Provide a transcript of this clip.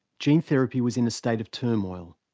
gene therapy was in a state of turmoil.